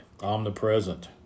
omnipresent